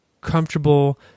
comfortable